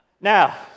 Now